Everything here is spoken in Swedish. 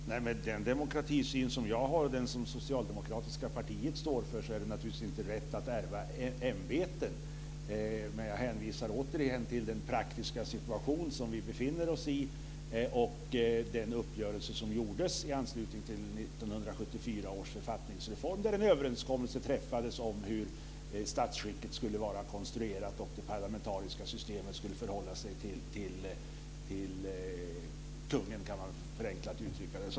Herr talman! Med den demokratisyn som jag och det socialdemokratiska partiet står för är det naturligtvis inte rätt att ärva ämbeten. Men jag hänvisar återigen till den praktiska situation som vi befinner oss i och den uppgörelse som gjordes i anslutning till 1974 års författningsreform där en överenskommelse träffades om hur statsskicket skulle vara konstruerat och hur det parlamentariska systemet skulle förhålla sig till kungen, kan man väl förenklat uttrycka det.